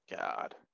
God